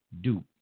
dupe